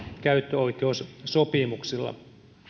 käyttöoikeussopimuksilla